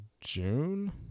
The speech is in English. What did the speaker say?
june